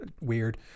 weird